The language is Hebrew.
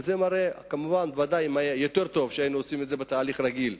ודאי שהיה יותר טוב אם היינו עושים את זה בתהליך רגיל,